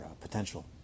potential